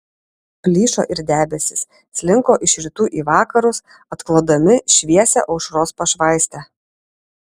plyšo ir debesys slinko iš rytų į vakarus atklodami šviesią aušros pašvaistę